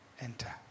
enter